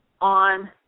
on